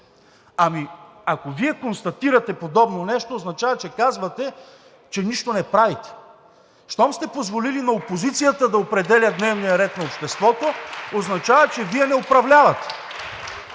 Ами, ако Вие констатирате подобно нещо, означава, че казвате, че нищо не правите. Щом сте позволили на опозицията да определя дневния ред на обществото, означава, че Вие не управлявате.